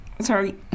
Sorry